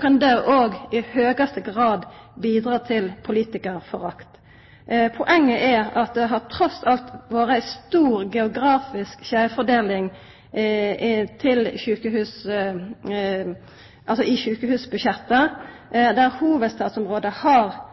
kan det òg i høgaste grad bidra til politikarforakt. Poenget er at det trass alt har vore ei stor geografisk skeivfordeling i sjukehusbudsjetta. I hovudstadsområdet har det vore eit klart overforbruk. Det har